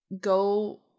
go